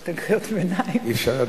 חוק ומשפט להכנה לקריאה שנייה ושלישית.